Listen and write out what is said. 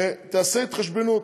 ותיעשה התחשבנות.